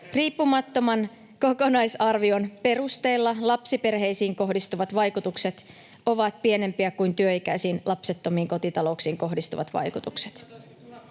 Riippumattoman kokonaisarvion perusteella lapsiperheisiin kohdistuvat vaikutukset ovat pienempiä kuin työikäisiin lapsettomiin kotitalouksiin kohdistuvat vaikutukset.